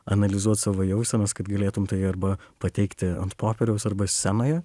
analizuot savo jausenas kad galėtum tai arba pateikti ant popieriaus arba scenoje